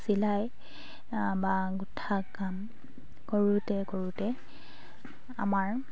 চিলাই বা গোঁঠা কাম কৰোঁতে কৰোঁতে আমাৰ